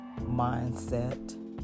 mindset